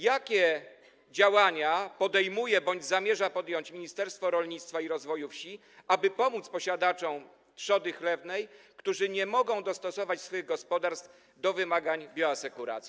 Jakie działania podejmuje bądź zamierza podjąć Ministerstwo Rolnictwa i Rozwoju Wsi, aby pomóc posiadaczom trzody chlewnej, którzy nie mogą dostosować swych gospodarstw do wymagań bioasekuracji?